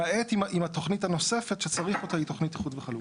מ/1612 .